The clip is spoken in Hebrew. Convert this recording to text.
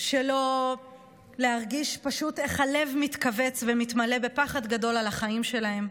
שלא להרגיש פשוט איך הלב מתכווץ ומתמלא בפחד גדול על החיים שלהן.